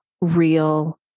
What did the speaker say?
real